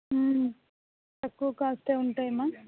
తక్కువ కాస్టే ఉంటాయి మా